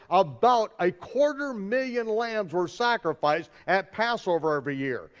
about a quarter million lambs were sacrificed at passover every year.